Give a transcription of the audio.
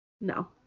No